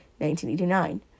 1989